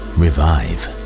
revive